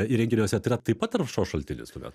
įrenginiuose tai yra taip pat taršos šaltinis tuomet